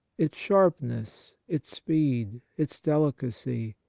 its sharpness, its speed, its delicacy,